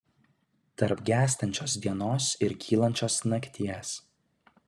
tarp gęstančios dienos ir kylančios nakties